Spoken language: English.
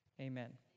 Amen